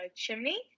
chimney